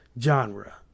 genre